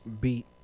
beat